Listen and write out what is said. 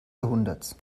jahrhunderts